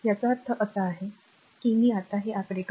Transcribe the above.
याचा अर्थ असा आहे की मी आता हे आकडे २